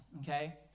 Okay